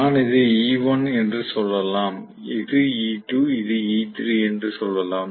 நான் இதை E1 என்று சொல்லலாம் இது E2 இது E3 என்று சொல்லலாம்